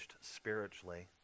spiritually